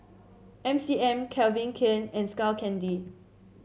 M C M Calvin Klein and Skull Candy